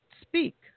speak